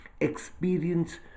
experience